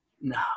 No